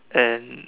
and